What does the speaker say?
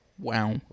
Wow